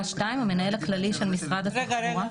(2) המנהל הכללי של משרד התחבורה," רגע, רגע.